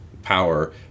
power